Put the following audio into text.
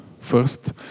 first